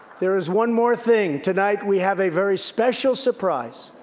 there is one more thing. tonight, we have a very special surprise.